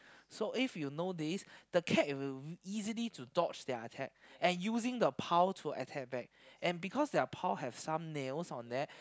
so if you know this the cat will easily to torch their attack and using the paw to attack back and because their paw have some nails on that so